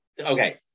okay